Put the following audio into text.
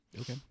Okay